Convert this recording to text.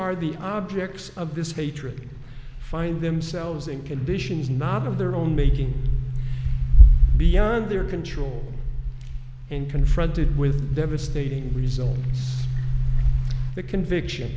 are the objects of this hatred find themselves in conditions not of their own making beyond their control and confronted with devastating results the conviction